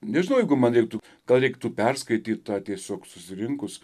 nežinau jeigu man reiktų gal reiktų perskaityt tą tiesiog susirinkus